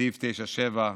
סעיף 9.7,